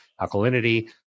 alkalinity